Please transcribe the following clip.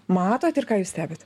matot ir ką jūs stebit